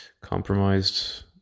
compromised